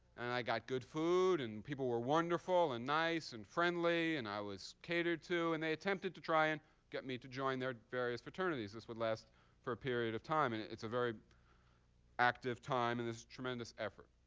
and i got good food, and people were wonderful and nice and friendly. and i was catered to. and they attempted to try and get me to join their various fraternities. this would last for a period of time. and it's a very active time, and there's a tremendous effort.